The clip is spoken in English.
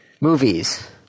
movies